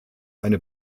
eine